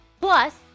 plus